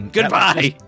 Goodbye